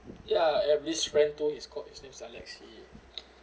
ya I have this friend too he's called his name is lesley